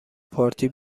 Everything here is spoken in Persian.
پارتی